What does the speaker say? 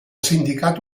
sindicat